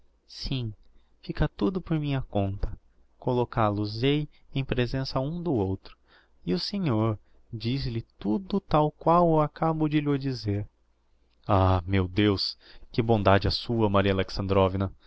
sim fica tudo por minha conta collocál os hei em presença um do outro e o senhor diz-lhe tudo tal qual eu acabo de lh'o dizer ah meu deus que bondade a sua maria